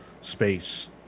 space